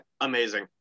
amazing